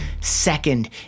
Second